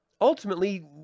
ultimately